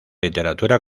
literatura